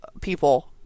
people